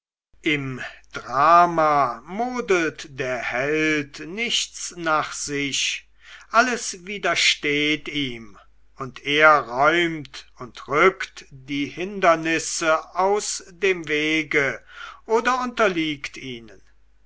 im drama modelt der held nichts nach sich alles widersteht ihm und er räumt und rückt die hindernisse aus dem wege oder unterliegt ihnen